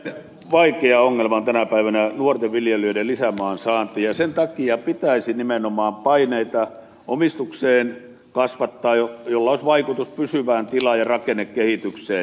erittäin vaikea ongelma on tänä päivänä nuorten viljelijöiden lisämaan saanti ja sen takia pitäisi nimenomaan paineita omistukseen kasvattaa millä olisi vaikutus pysyvään tila ja rakennekehitykseen